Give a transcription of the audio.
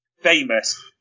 famous